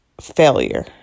failure